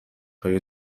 های